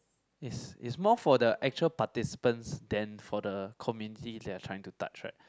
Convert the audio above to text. is is more for the actual participants than for the community they are trying to touch right